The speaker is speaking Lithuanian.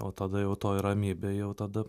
o tada jau toj ramybėj jau tada